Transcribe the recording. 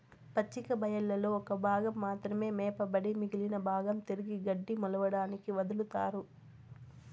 పచ్చిక బయళ్లలో ఒక భాగం మాత్రమే మేపబడి మిగిలిన భాగం తిరిగి గడ్డి మొలవడానికి వదులుతారు